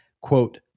quote